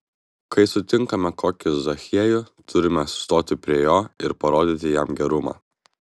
kai sutinkame kokį zachiejų turime sustoti prie jo ir parodyti jam gerumą